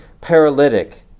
paralytic